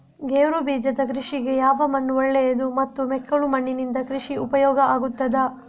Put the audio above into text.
ಗೇರುಬೀಜದ ಕೃಷಿಗೆ ಯಾವ ಮಣ್ಣು ಒಳ್ಳೆಯದು ಮತ್ತು ಮೆಕ್ಕಲು ಮಣ್ಣಿನಿಂದ ಕೃಷಿಗೆ ಉಪಯೋಗ ಆಗುತ್ತದಾ?